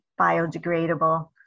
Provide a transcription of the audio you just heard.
biodegradable